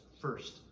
first